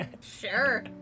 Sure